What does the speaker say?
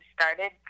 started